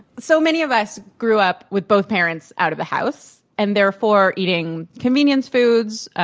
so many of us grew up with both parents out of the house and therefore eating convenience foods,